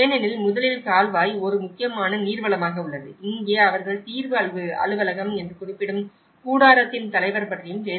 ஏனெனில் முதலில் கால்வாய் ஒரு முக்கியமான நீர்வளமாக உள்ளது இங்கே அவர்கள் தீர்வு அலுவலகம் என்றும் குறிப்பிடப்படும் கூடாரத்தின் தலைவர் பற்றியும் பேசுகிறார்கள்